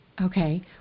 Okay